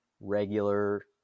regular